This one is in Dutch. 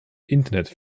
internet